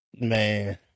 Man